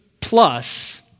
plus